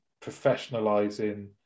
professionalizing